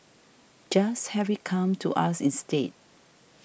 just have it come to us instead